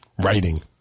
writing